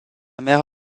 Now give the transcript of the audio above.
mère